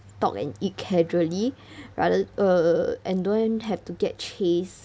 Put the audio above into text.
talk and eat casually rather err and don't have to get chased